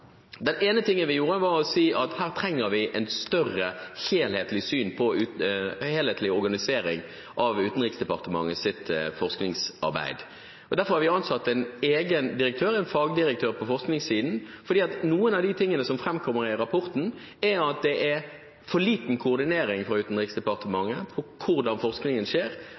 ene var å si at her trenger vi en større helhetlig organisering av Utenriksdepartementets forskningsarbeid. Derfor har vi ansatt en egen direktør, en fagdirektør, på forskningssiden, fordi noen av de tingene som framkommer i rapporten, er at det er for liten koordinering fra Utenriksdepartementet på hvordan forskningen skjer,